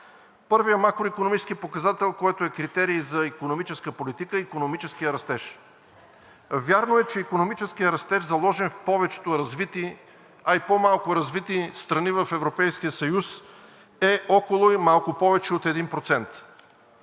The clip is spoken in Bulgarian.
Първият макроикономически показател, който е критерий за икономическа политика, е икономическият растеж. Вярно е, че икономическият растеж, заложен в повечето развити, а и по-малко развити страни в Европейския съюз, е около и малко повече от 1%.